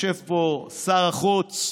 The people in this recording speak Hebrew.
יושב פה שר החוץ,